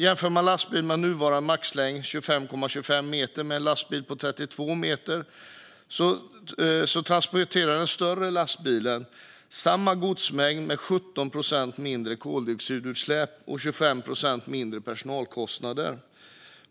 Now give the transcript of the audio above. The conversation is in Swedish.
Jämför man lastbilar med nuvarande maxlängd på 25,25 meter med en lastbil på 32 meter transporterar den större lastbilen samma godsmängd med 17 procent mindre koldioxidutsläpp och 25 procent mindre personalkostnader.